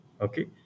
Okay